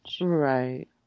Right